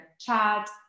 chat